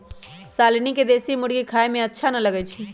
शालनी के देशी मुर्गी खाए में अच्छा न लगई छई